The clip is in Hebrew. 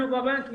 אנחנו בבנק ביחד,